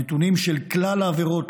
הנתונים של כלל העבירות,